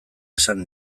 esan